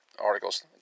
articles